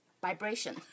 vibration